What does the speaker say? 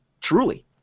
truly